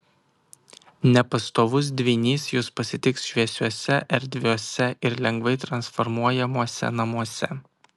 nepastovus dvynys jus pasitiks šviesiuose erdviuose ir lengvai transformuojamuose namuose